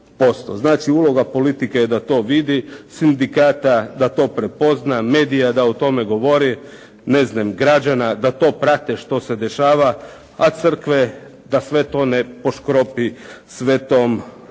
Znači uloga politike je da to vidi, sindikata da to prepozna, medija da o tome govori, ne znam građana da to prate što se dešava, a crkve da sve to ne poškropi svetom